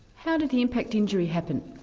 how did the impact injury happen?